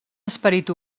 esperit